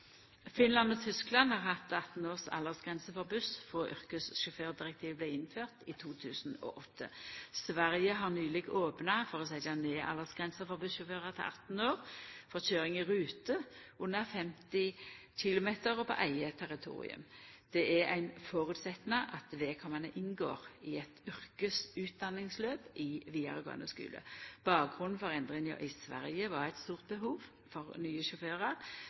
Finland og Tyskland har hatt 18 års aldersgrense for buss frå yrkessjåførdirektivet vart innført i 2008. Sverige har nyleg opna for å setja ned aldersgrensa for bussjåførar til 18 år for køyring i rute under 50 km og på eige territorium. Det er ein føresetnad at vedkomande inngår i eit yrkesutdanningsløp i vidaregåande skule. Bakgrunnen for endringa i Sverige var eit stort behov for nye sjåførar.